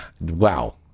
Wow